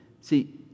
See